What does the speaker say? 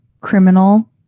criminal